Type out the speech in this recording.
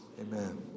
Amen